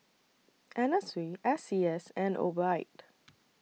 Anna Sui S C S and Obike